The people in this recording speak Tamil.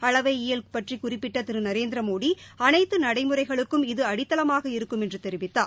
அளவை இயல் பற்றி குறிப்பிட்ட திரு நரேந்திரமோடி அனைத்து நடைமுறைகளுக்கும் இது அடித்தளமாக இருக்கும் என்று தெரிவித்தார்